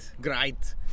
great